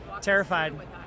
terrified